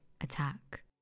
attack